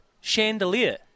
Chandelier